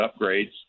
upgrades